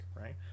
right